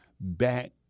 back